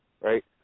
right